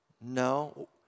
No